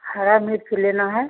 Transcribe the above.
हरी मिर्च लेनी है